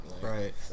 right